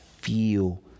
feel